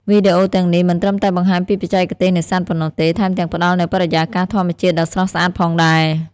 វីដេអូទាំងនេះមិនត្រឹមតែបង្ហាញពីបច្ចេកទេសនេសាទប៉ុណ្ណោះទេ ថែមទាំងផ្តល់នូវបរិយាកាសធម្មជាតិដ៏ស្រស់ស្អាតផងដែរ។